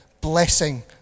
blessing